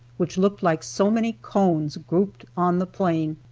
which looked like so many cones grouped on the plain.